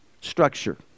structure